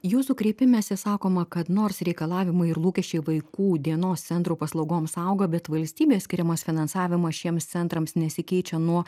jūsų kreipimesi sakoma kad nors reikalavimai ir lūkesčiai vaikų dienos centro paslaugoms auga bet valstybės skiriamas finansavimas šiems centrams nesikeičia nuo